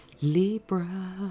Libra